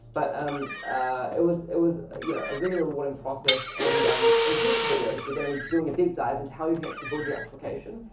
but um it was it was you know a really rewarding process, and in future videos, we're gonna be doing a deep dive into how you can actually build your application,